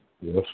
Yes